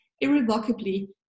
irrevocably